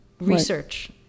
research